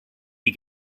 you